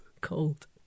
cold